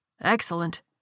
Excellent